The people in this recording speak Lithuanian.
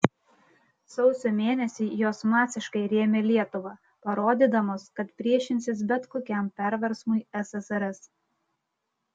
sausio mėnesį jos masiškai rėmė lietuvą parodydamos kad priešinsis bet kokiam perversmui ssrs